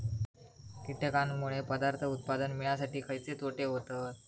कीटकांनमुळे पदार्थ उत्पादन मिळासाठी खयचे तोटे होतत?